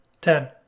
ten